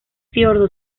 fiordo